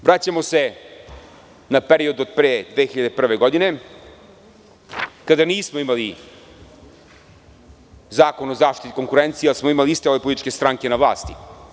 Na kraju vraćamo se na period od pre 2001. godine kada nismo imali Zakon o zaštiti konkurencije, ali smo imali iste ove političke stranke na vlasti.